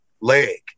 leg